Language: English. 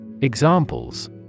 Examples